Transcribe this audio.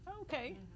okay